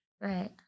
Right